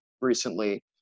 recently